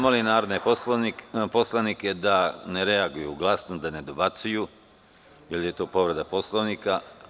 Molim narodne poslanike da ne reaguju glasno, da ne dobacuju, jer je to povreda Poslovnika.